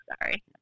Sorry